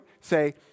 say